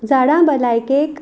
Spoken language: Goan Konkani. झाडां भलायकेक